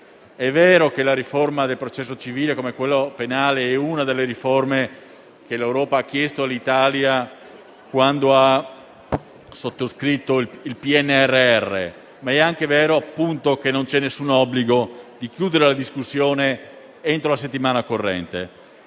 È vero che la riforma del processo civile, come quello penale, è una delle riforme che l'Europa ha chiesto all'Italia quando ha sottoscritto il PNRR, ma è anche vero che non c'è alcun obbligo di chiudere la discussione entro la settimana corrente.